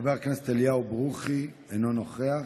חבר הכנסת אליהו ברוכי, אינו נוכח.